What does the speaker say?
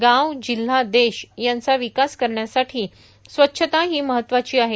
गाव जिल्हा देश यांचा विकास करण्यासाठो स्वच्छता हों महत्वाची आहे